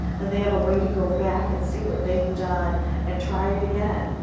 then they have a way to go back and see what they have done and try it again.